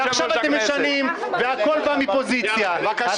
שלמה, אני קורא אותך לסדר.